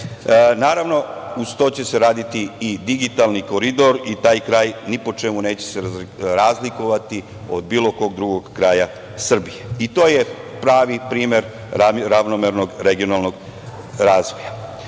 nepogode. Naravno, uz to će se raditi i digitalni koridor i taj kraj ni po čemu se neće razlikovati od bilo kog drugog kraja Srbije. I to je pravi primer ravnomernog regionalnog razvoja. Kada